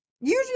usually